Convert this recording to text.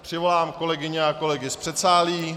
Přivolám kolegyně a kolegy z předsálí.